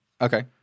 Okay